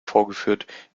vorgeführt